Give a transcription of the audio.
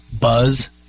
buzz